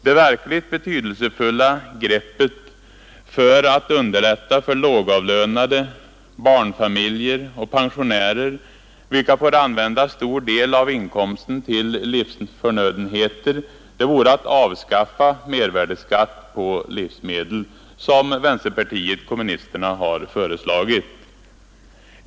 Det verkligt betydelsefulla greppet för att underlätta för lågavlönade, barnfamiljer och pensionärer, vilka får använda en stor del av inkomsten till livsförnödenheter, vore att avskaffa mervärdeskatten på livsmedel, något som vänsterpartiet kommunisterna har föreslagit.